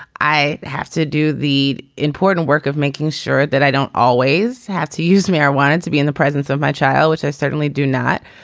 i have to do the important work of making sure that i don't always have to use marijuana to be in the presence of my child which i certainly do not.